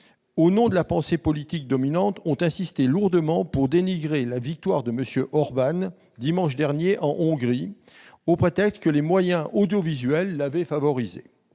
au nom de la pensée politique dominante, ont insisté lourdement pour dénigrer la victoire de M. Orbán, dimanche dernier, en Hongrie, au prétexte que les moyens audiovisuels l'avaient favorisée.